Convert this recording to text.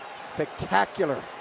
Spectacular